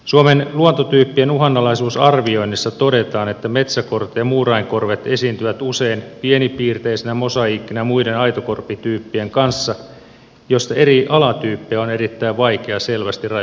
suomen luontotyyppien uhanalaisuusarvioinnissa todetaan että metsäkorte ja muurainkorvet esiintyvät usein pienipiirteisenä mosaiikkina muiden aitokorpityyppien kanssa joista eri alatyyppejä on erittäin vaikea selvästi rajata erilleen